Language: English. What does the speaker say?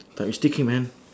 thought you still came man